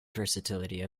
versatility